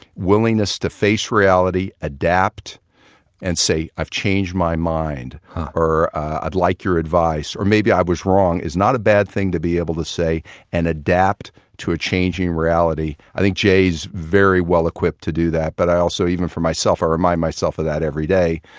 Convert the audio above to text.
willingness to face reality, adapt adapt and say, i've changed my mind or i'd like your advice or maybe i was wrong is not a bad thing to be able to say and adapt to a changing reality. i think jay's very well equipped to do that. but also even for myself, i remind myself of that every day.